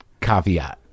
caveat